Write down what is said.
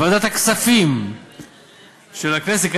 לוועדת הכספים של הכנסת,